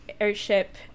airship